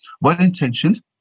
well-intentioned